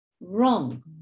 Wrong